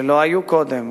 שלא היו קודם.